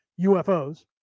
UFOs